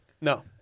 No